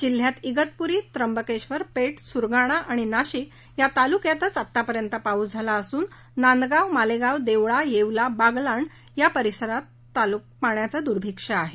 जिल्ह्यात इगतपुरी त्र्यंबकेश्वर पेठ सुरगाणा आणि नाशिक या तालुक्यातच आत्तापर्यंत पाऊस झाला असून नांदगाव मालेगाव देवळा येवला बागलाण या तालुक्यात पाण्याचं दुर्भिक्ष आहे